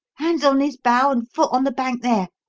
hands on this bough and foot on the bank there.